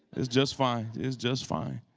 it's just fine. it's just fine.